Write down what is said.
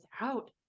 out